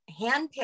handpicked